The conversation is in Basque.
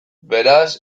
beraz